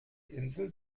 insel